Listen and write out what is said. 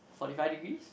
forty five degrees